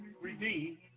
redeemed